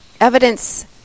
evidence